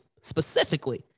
specifically